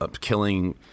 killing